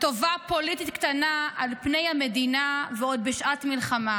טובה פוליטית קטנה על פני המדינה ועוד בשעת מלחמה?